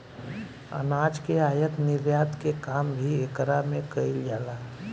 अनाज के आयत निर्यात के काम भी एकरा में कईल जाला